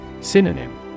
Synonym